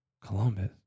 Columbus